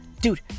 dude